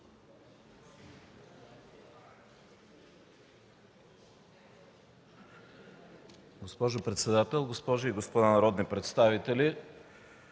госпожо председател, госпожи и господа народни представители!